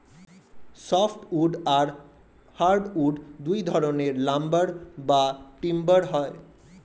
soft wood আর hard wood দুই ধরনের লাম্বার বা টিম্বার হয়